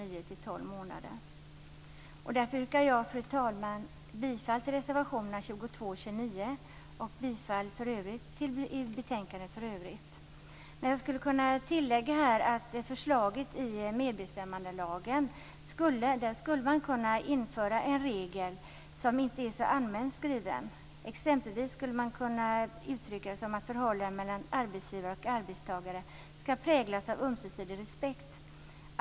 Jag yrkar bifall till reservationerna 22 Jag vill tillägga att man i medbestämmandelagen skulle kunna införa en regel som inte är så allmänt skriven. Man skulle t.ex. kunna uttrycka det som att förhållandet mellan arbetsgivare och arbetstagare ska präglas av ömsesidig respekt.